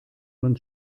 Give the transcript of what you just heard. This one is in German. man